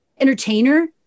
entertainer